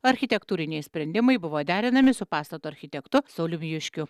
architektūriniai sprendimai buvo derinami su pastato architektu sauliumi juškiu